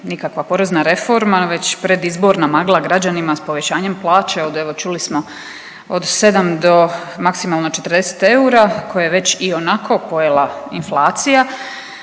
nikakva porezna reforma već predizborna magla građanima s povećanjem plaće od evo čuli smo od 7 do maksimalno 40 eura koje je već ionako pojela inflacija,